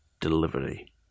delivery